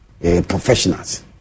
professionals